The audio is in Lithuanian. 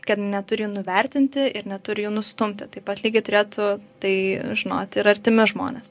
kad neturi nuvertinti ir neturi jų nustumti taip pat lygiai turėtų tai žinoti ir artimi žmonės